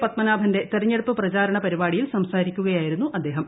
പദ്മനാഭന്റെ തിരഞ്ഞെടുപ്പ് പ്രചരണ പരിപാടിയിൽ സംസാരിക്കുകയായിരുന്നു അദ്ദേഹം